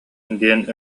диэн